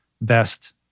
best